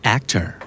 Actor